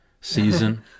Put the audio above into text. season